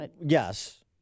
Yes